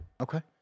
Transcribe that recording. Okay